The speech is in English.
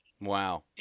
Wow